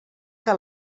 que